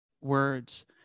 words